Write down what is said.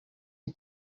iki